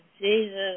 Jesus